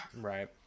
right